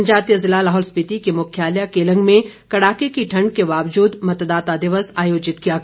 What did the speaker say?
जनजातीय जिला लाहौल स्पीति के मुख्यालय केलंग में कड़ाके ठंड के बावजूद मतदाता दिवस आयोजित किया गया